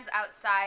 outside